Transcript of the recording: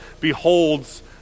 beholds